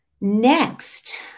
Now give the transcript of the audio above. Next